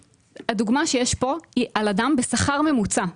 הדוגמה שיש פה היא על אדם בשכר ממוצע.